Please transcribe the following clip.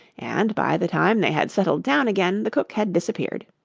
and, by the time they had settled down again, the cook had disappeared.